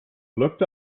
looked